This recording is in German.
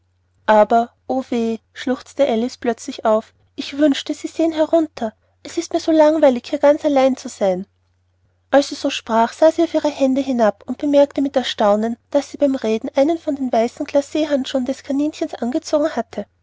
schluchzte alice plötzlich auf ich wünschte sie sähen herunter es ist mir so langweilig hier ganz allein zu sein als sie so sprach sah sie auf ihre hände hinab und bemerkte mit erstaunen daß sie beim reden einen von den weißen glacee handschuhen des kaninchens angezogen hatte